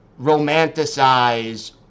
romanticize